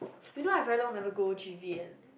you know I very long never go G_V_N